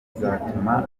izatuma